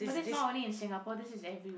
but this is not only in Singapore this is everywhere